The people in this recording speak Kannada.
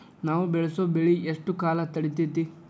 ನಾವು ಬೆಳಸೋ ಬೆಳಿ ಎಷ್ಟು ಕಾಲ ತಡೇತೇತಿ?